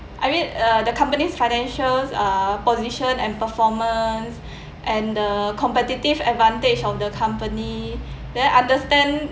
I mean uh the company's financials uh position and performance and the competitive advantage of the company then understand